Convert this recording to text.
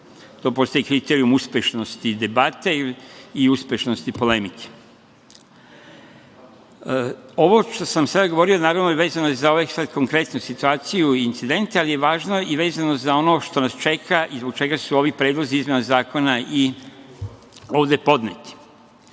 To postaje kriterijum uspešnosti debate i uspešnosti polemike. Ovo što sam sada govorio, naravno, vezano je za ovu konkretnu situaciju i incidente, ali je važno i vezano za ono što nas čeka i zbog čega su ovi predlozi izmena zakona i podneti.